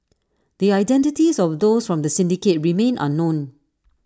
the identities of those from the syndicate remain unknown